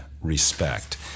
respect